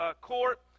court